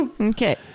Okay